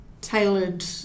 tailored